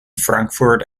frankfurt